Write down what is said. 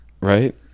Right